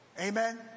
Amen